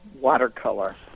watercolor